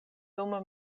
dum